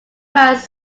miles